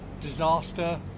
disaster